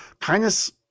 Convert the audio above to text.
Kindness